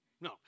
No